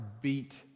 beat